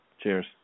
Cheers